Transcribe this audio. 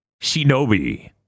Shinobi